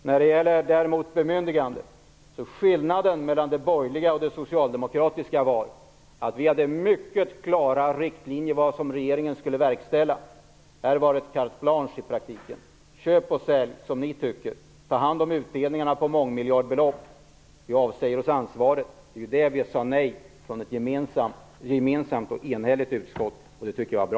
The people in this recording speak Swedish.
När det däremot gäller bemyndigande var skillnaden mellan det borgerliga och det socialdemokratiska att vi hade mycket klara riktlinjer för vad regeringen skulle verkställa. Ni ville i praktiken ha ett carte blanche: köp och sälj som ni tycker, ta hand om utdelningarna på mångmiljardbelopp; vi avsäger oss ansvaret. Det sade ett enhälligt utskott gemensamt nej till, och det tycker jag var bra.